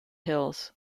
hills